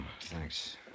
thanks